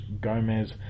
Gomez